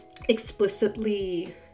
explicitly